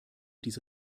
diese